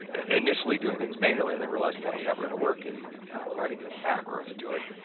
initially doing things manually, and then realizing that was never going to work, and writing the macro to do it.